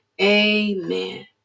amen